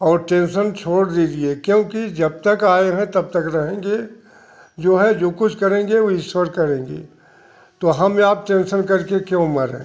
और टेंशन छोड़ दीजिए क्योंकि जब तक आए हैं तब तक रहेंगे जो है जो कुछ करेंगे वह ईश्वर करेंगे तो हम में आप टेंशन करके क्यों मरे